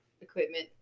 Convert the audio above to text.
equipment